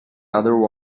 other